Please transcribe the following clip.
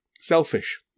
Selfish